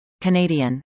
Canadian